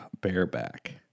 bareback